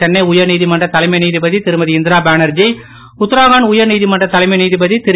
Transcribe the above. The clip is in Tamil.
சென்னை உயர் நீதமன்ற தலைமை நீதிபதி திருமதிஇந்திரா பானர்தி உத்தராகண்ட் உயர் நீதிமன்ற தலைமை நீதிபதி திரு